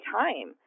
time